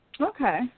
Okay